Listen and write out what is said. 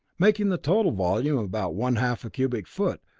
making the total volume about one-half a cubic foot,